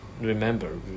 Remember